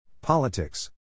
Politics